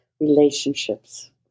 relationships